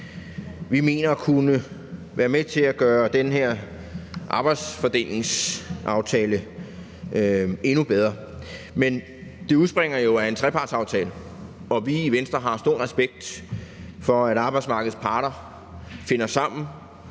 vi mener kunne være med til at gøre den her arbejdsfordelingsaftale endnu bedre. Det udspringer jo af en trepartsaftale, og vi i Venstre har stor respekt for, at arbejdsmarkedets parter finder sammen